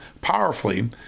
powerfully